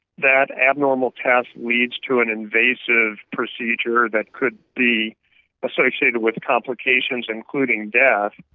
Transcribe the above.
that abnormal test leads to an invasive procedure that could be associated with complications, including death.